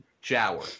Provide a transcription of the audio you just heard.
shower